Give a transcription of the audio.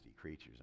creatures